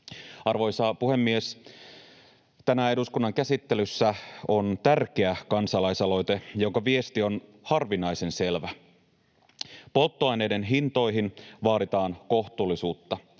Arvoisa puhemies! Tänään eduskunnan käsittelyssä on tärkeä kansalaisaloite, jonka viesti on harvinaisen selvä: polttoaineiden hintoihin vaaditaan kohtuullisuutta.